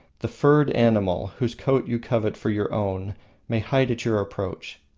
the furred animal whose coat you covet for your own may hide at your approach.